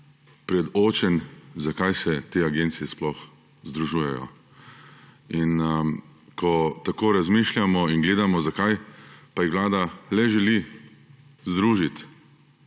predočen, zakaj se te agencije sploh združujejo. Ko tako razmišljamo in gledamo, zakaj jih vlada le želi združiti,